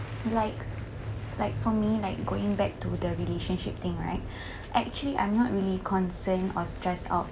like like for me like going back to the relationship thing right actually I'm not really concerned or stressed out